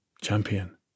champion